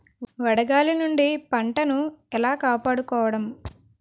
వడగాలి నుండి పంటను ఏలా కాపాడుకోవడం?